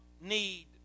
need